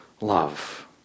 love